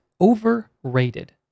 overrated